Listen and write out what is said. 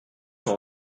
sont